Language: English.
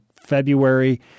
February